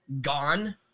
gone